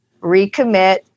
Recommit